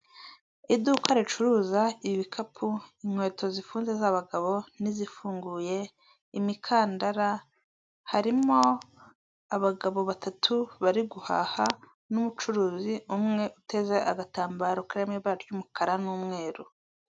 Iduka ricuruza ibikapu inkweto zifunze z'abagabo n'izifunguye imikandara harimo abagabo batatu bari guhaha n'umucuruzi umwe uteze agatambaro kari mu ibara ry'umukara n'umweru.